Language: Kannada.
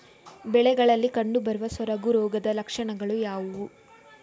ಬೆಳೆಗಳಲ್ಲಿ ಕಂಡುಬರುವ ಸೊರಗು ರೋಗದ ಲಕ್ಷಣಗಳು ಯಾವುವು?